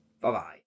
bye-bye